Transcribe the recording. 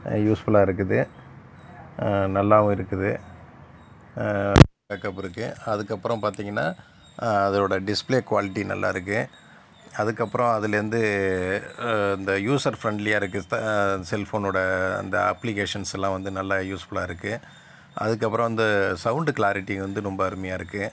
யூஸ்ஃபுல்லாக இருக்குது நல்லாவும் இருக்குது பேக்கப்பு இருக்குது அதுக்குப்புறம் பார்த்திங்கன்னா அதோடய டிஸ்பிளே குவாலிட்டி நல்லா இருக்குது அதுக்கப்புறம் அதுலேருந்து இந்த யூசர் ஃப்ரெண்ட்லியாக இருக்குது செல்ஃபோனோடய அந்த அப்ளிகேஷன்ஸ்லாம் வந்து நல்லா யூஸ்ஃபுல்லாக இருக்குது அதுக்கு அப்புறம் வந்து சவுண்டு கிளாரிட்டி வந்து ரொம்ப அருமையாக இருக்குது